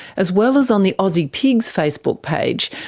as well as on the aussie pigs facebook page,